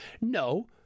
no